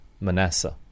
Manasseh